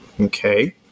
Okay